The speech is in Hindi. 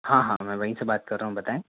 हाँ हाँ मैं वहीं से बात कर रहा हूँ बताएं